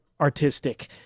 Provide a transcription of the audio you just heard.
artistic